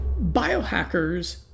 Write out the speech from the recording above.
Biohackers